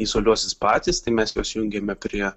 izoliuosis patys tai mes prisijungėme prie